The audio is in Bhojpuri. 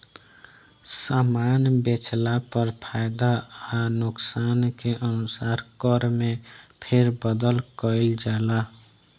सामान बेचला पर फायदा आ नुकसान के अनुसार कर में फेरबदल कईल जाला